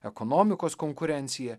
ekonomikos konkurencija